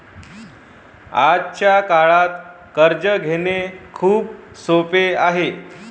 आजच्या काळात कर्ज घेणे खूप सोपे आहे